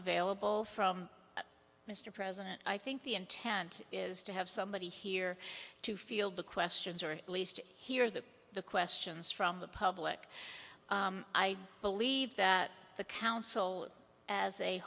available from mr president i think the intent is to have somebody here to field the questions or at least hear that the questions from the public i believe that the council as a